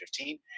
2015